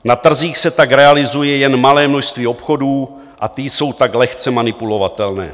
Na trzích se tak realizuje jen malé množství obchodů a ty jsou tak lehce manipulovatelné.